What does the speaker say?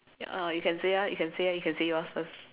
uh you can say ah you can say ah you can say yours first